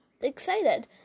excited